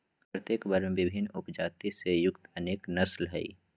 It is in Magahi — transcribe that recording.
प्रत्येक वर्ग में विभिन्न उपजाति से युक्त अनेक नस्ल हइ